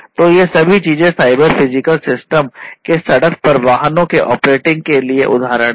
तो ये सभी चीजें साइबर फिजिकल सिस्टम के सड़क पर वाहनों के ऑपरेटिंग के लिए उदाहरण हैं